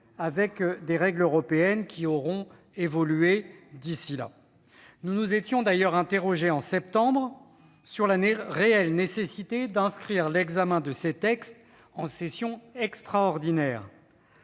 avec des règles européennes qui auront peut-être évolué d'ici là. Nous nous étions d'ailleurs interrogés en septembre dernier sur la réelle nécessité d'inscrire l'examen de ces textes à l'ordre